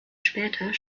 später